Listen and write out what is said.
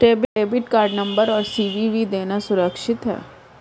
Debit card number और CVV देना सुरक्षित है?